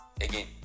again